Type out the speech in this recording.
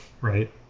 right